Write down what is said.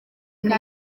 neza